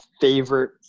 favorite